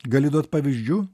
gali duot pavyzdžių